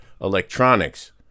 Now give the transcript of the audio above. electronics